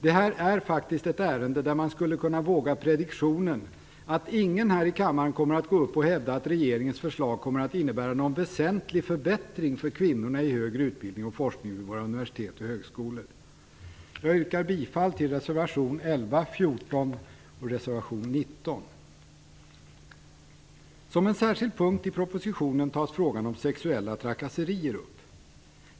Det här är faktiskt ett ärende där man skulle kunna våga prediktionen att ingen här i kammaren kommer att gå upp och hävda att regeringens förslag kommer att innebära någon väsentlig förbättring för kvinnorna i högre utbildning och forskning vid våra universitet och högskolor. Jag yrkar bifall till reservationerna 11, Som en särskild punkt i propositionen tas frågan om sexuella trakasserier upp.